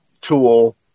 Tool